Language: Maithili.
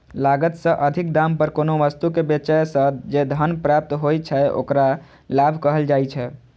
लागत सं अधिक दाम पर कोनो वस्तु कें बेचय सं जे धन प्राप्त होइ छै, ओकरा लाभ कहल जाइ छै